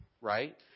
right